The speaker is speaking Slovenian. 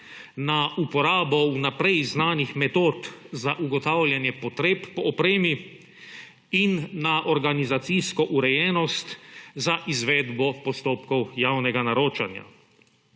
na uporabo vnaprej znanih metod za ugotavljanje potreb po opremi in na organizacijsko urejenost za izvedbo postopkov javnega naročanja.